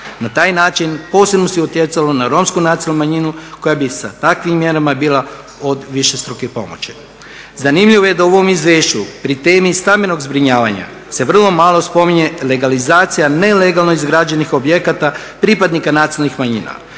Na taj način posebno se utjecalo na Romsku nacionalnu manjinu koja bi sa takvim mjerama bila od višestruke pomoći. Zanimljivo je da u ovom izvješću pri temi stambenog zbrinjavanja se vrlo malo spominje legalizacija nelegalno izgrađenih objekata pripadnika nacionalnih manjina.